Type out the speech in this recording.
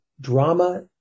drama